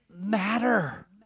matter